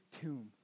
tomb